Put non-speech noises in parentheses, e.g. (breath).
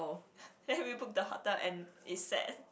(breath) then we book the hotel and it's set